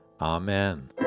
Amen